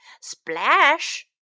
Splash